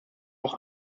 auch